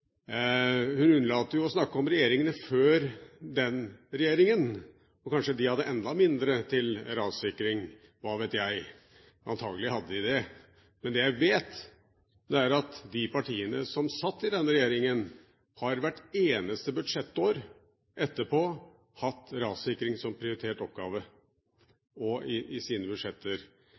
de hadde enda mindre til rassikring – hva vet jeg. Antakelig hadde de det. Men det jeg vet, er at de partiene som satt i den regjeringen, hvert eneste budsjettår etterpå har hatt rassikring som prioritert oppgave i sine budsjetter.